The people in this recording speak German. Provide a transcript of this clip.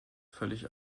völlig